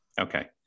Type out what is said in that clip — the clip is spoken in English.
Okay